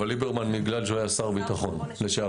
אבל ליברמן, בגלל שהוא היה שר ביטחון לשעבר.